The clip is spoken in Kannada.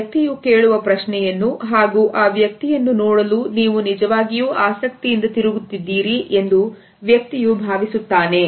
ಆ ವ್ಯಕ್ತಿಯು ಕೇಳುವ ಪ್ರಶ್ನೆಯನ್ನು ಹಾಗೂ ಆ ವ್ಯಕ್ತಿಯನ್ನು ನೋಡಲು ನೀವು ನಿಜವಾಗಿಯೂ ಆಸಕ್ತಿಯಿಂದ ತಿರುಗುತ್ತಿದ್ದೀರಿ ಎಂದು ವ್ಯಕ್ತಿಯು ಭಾವಿಸುತ್ತಾನೆ